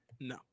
No